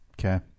Okay